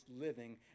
living